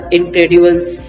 Incredibles